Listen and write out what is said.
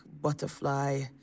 butterfly